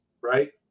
right